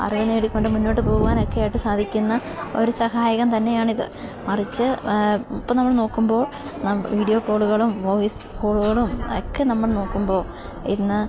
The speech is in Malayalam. അറിവ് നേടിക്കൊണ്ട് മുന്നോട്ട് പോകുവാനൊക്കെയായിട്ട് സാധിക്കുന്ന ഒരു സഹായകം തന്നെയാണിത് മറിച്ച് ഇപ്പോള് നമ്മള് നോക്കുമ്പോള് വീഡിയോ കോളുകളും വോയിസ് കോളുകളുമൊക്കെ നമ്മള് നോക്കുമ്പോള് ഇന്ന്